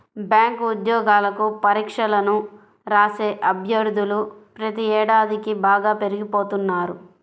bank ఉద్యోగాలకు పరీక్షలను రాసే అభ్యర్థులు ప్రతి ఏడాదికీ బాగా పెరిగిపోతున్నారు